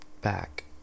back